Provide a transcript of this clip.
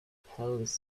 palace